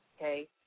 okay